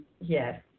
Yes